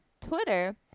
Twitter